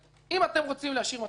אם אתם רוצים להשאיר מצב קיים